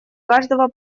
каждого